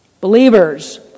Believers